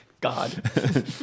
God